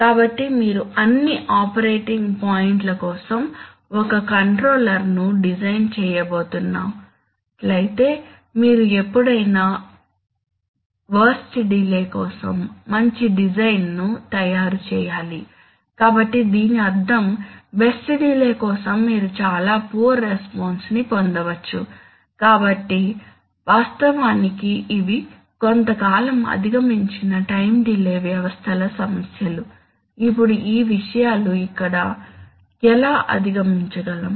కాబట్టి మీరు అన్ని ఆపరేటింగ్ పాయింట్ల కోసం ఒకే కంట్రోలర్ను డిజైన్ చేయబోతున్నట్లయితే మీరు ఎప్పుడైనా వరస్ట్ డిలే కోసం మంచి డిజైన్ను తయారు చేయాలి కాబట్టి దీని అర్థం బెస్ట్ డిలే కోసం మీరు చాలా పూర్ రెస్పాన్స్ ని పొందవచ్చు కాబట్టి వాస్తవానికి ఇవి కొంతకాలం అధిగమించిన టైం డిలే వ్యవస్థల సమస్యలు ఇప్పుడు ఈ విషయాలు ఇక్కడ ఎలా అధిగమించగలం